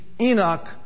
Enoch